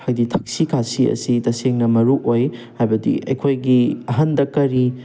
ꯍꯥꯏꯗꯤ ꯊꯛꯁꯤ ꯀꯁꯤ ꯑꯁꯤ ꯇꯁꯦꯡꯅ ꯃꯔꯨ ꯑꯣꯏ ꯍꯥꯏꯕꯗꯤ ꯑꯩꯈꯣꯏꯒꯤ ꯑꯍꯟꯗ ꯀꯔꯤ